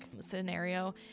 scenario